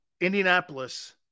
Indianapolis